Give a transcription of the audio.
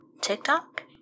TikTok